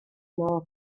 môr